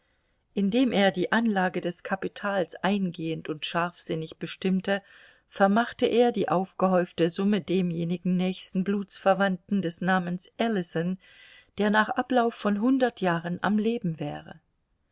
indem er die anlage des kapitals eingehend und scharfsinnig bestimmte vermachte er die aufgehäufte summe demjenigen nächsten blutsverwandten des namens ellison der nach ablauf von hundert jahren am leben wäre